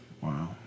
Wow